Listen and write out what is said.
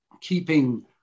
keeping